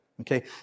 Okay